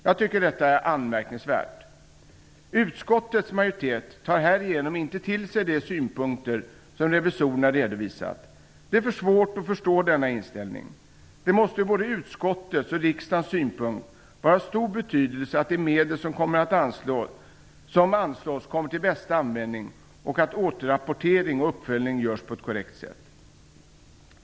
Jag tycker att detta är anmärkningsvärt. Utskottets majoritet tar härigenom inte till sig de synpunkter som revisorerna redovisat. Det är svårt att förstå denna inställning. Det måste från både utskottets och riksdagens synpunkt vara av stor betydelse att de medel som anslås kommer till bästa användning och att återrapportering och uppföljning görs på ett korrekt sätt.